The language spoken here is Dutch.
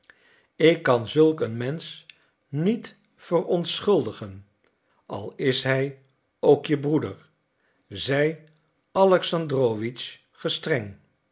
ik kan zulk een mensch niet verontschuldigen al is hij ook je broeder zeide alexandrowitsch gestreng